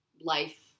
life